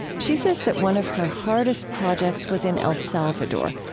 she says that one of her hardest projects was in el salvador,